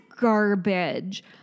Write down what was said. garbage